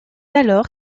alors